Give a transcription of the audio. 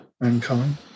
Mankind